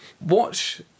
watch